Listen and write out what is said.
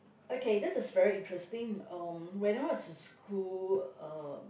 okay this is very interesting um when I was in school um